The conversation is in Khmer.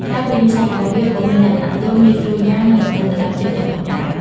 ក្រៅពីនេះ សាច់របស់វាក៏មានលក្ខណៈទន់ ងាយស្រួលញ៉ាំ និងសម្បូរទៅដោយជាតិទឹក ផងដែរ។